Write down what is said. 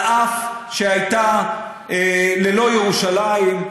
אף שהייתה ללא ירושלים,